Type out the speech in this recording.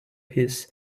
his